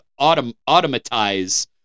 automatize